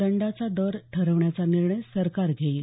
दंडाचा दर ठरवण्याचा निर्णय सरकार घेईल